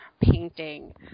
painting